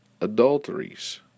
Adulteries